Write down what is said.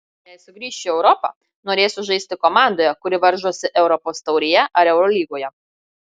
jei sugrįšiu į europą norėsiu žaisti komandoje kuri varžosi europos taurėje ar eurolygoje